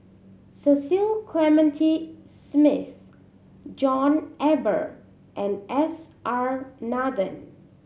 Cecil Clementi Smith John Eber and S R Nathan